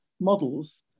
models